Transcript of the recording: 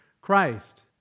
Christ